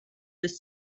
bis